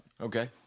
Okay